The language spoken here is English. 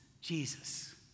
Jesus